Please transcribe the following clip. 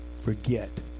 forget